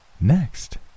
Next